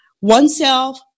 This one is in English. oneself